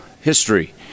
history